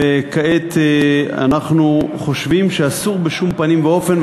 וכעת אנחנו חושבים שאסור בשום פנים ואופן,